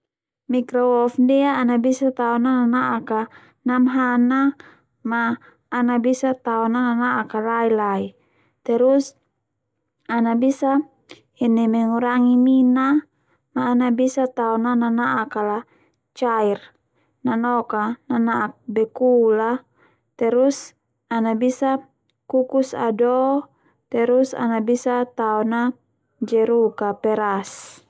Mikrowove ndia ana bisa tao na nana'ak a namhana ma ana bisa ini tao na nana'ak lai-lai terus ana bisa ini mengurangi mina ma ana bisa tao na nana'ak ala cair nanoka nana'ak bekulah terus ana bisa kukus ado tarus ana bisa Tao na jeruk a peras.